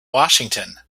washington